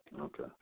Okay